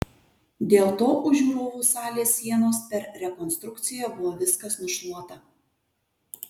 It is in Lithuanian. dėl to už žiūrovų salės sienos per rekonstrukciją buvo viskas nušluota